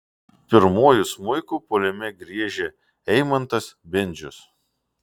pirmuoju smuiku puolime griežia eimantas bendžius